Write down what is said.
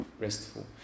restful